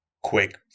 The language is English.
quick